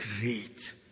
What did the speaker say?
great